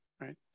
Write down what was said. right